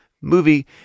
movie